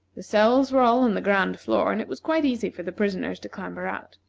the cells were all on the ground floor, and it was quite easy for the prisoners to clamber out.